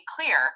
clear